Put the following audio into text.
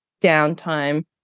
downtime